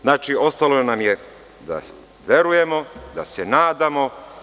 Znači, ostalo nam je da verujemo, da se nadamo.